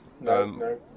no